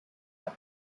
her